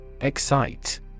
Excite